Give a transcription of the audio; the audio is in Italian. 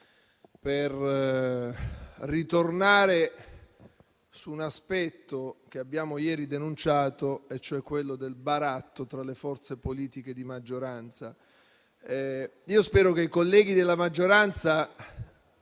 per ritornare su un aspetto che abbiamo ieri denunciato e cioè quello del baratto tra le forze politiche di maggioranza. Io spero che i colleghi della maggioranza…